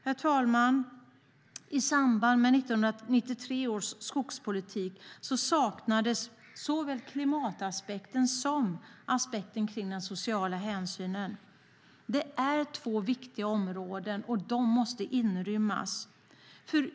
Herr talman! I samband med 1993 års skogspolitik saknades såväl klimataspekten som den sociala hänsynen. Det är två viktiga områden som måste finnas med.